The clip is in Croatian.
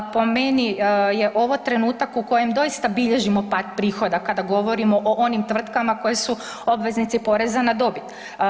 Po meni je ovo trenutak u kojem doista bilježimo pad prihoda kada govorimo o onim tvrtkama koje su obveznici poreza na dobit.